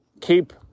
keep